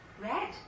Red